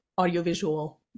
audiovisual